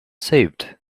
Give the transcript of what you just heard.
saved